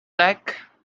like